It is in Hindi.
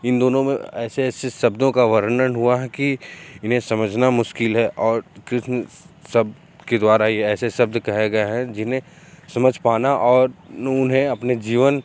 इन दोनों में ऐसे ऐसे शब्दों का वर्णन हुआ है कि इन्हें समझना मुश्किल है और कृष्ण सबके द्वारा ये ऐसे शब्द कहे गए हैं जिन्हें समझ पाना और उन्हें अपने जीवन